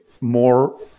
more